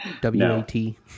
W-A-T